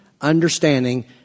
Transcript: understanding